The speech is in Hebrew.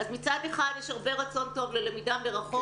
אז מצד אחד יש הרבה רצון טוב ללמידה מרחוק.